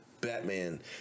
Batman